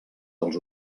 els